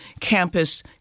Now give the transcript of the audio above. Campus